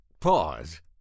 pause